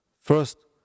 First